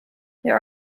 there